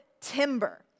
Timber